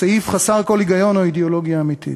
סעיף חסר כל היגיון או אידיאולוגיה אמיתית.